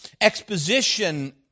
exposition